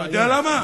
אתה יודע למה?